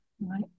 right